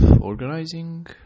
organizing